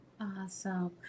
Awesome